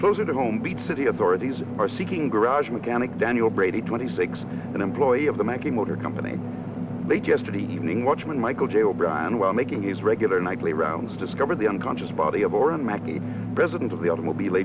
closer to home beat city authorities are seeking garage mechanic daniel brady twenty six an employee of the making motor company late yesterday evening watchman michael j o'brien well making his regular nightly rounds discover the unconscious body of president the automobile